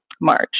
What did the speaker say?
March